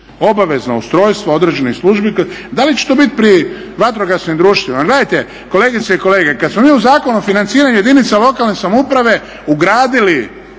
Obavezno ustrojstvo određenih službi da li će to biti pri vatrogasnim društvima. Jer gledajte kolegice i kolege, kad smo mi u Zakonu o financiranju jedinica lokalne samouprave ugradili